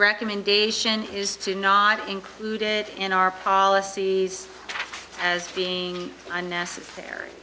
recommendation is to not included in our policies as being unnecessary